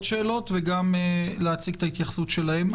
שאלות וגם להציג את ההתייחסות שלהם.